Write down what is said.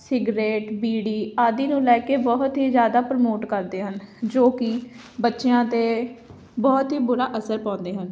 cigarette bidi ਆਦਿ ਨੂੰ ਲੈ ਕੇ ਬਹੁਤ ਹੀ ਜ਼ਿਆਦਾ ਪ੍ਰਮੋਟ ਕਰਦੇ ਹਨ ਜੋ ਕਿ ਬੱਚਿਆਂ 'ਤੇ ਬਹੁਤ ਹੀ ਬੁਰਾ ਅਸਰ ਪਾਉਂਦੇ ਹਨ